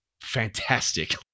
fantastic